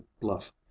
bluff